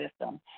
system